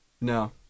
No